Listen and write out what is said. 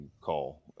call